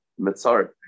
Mitzar